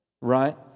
Right